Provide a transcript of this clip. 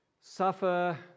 Suffer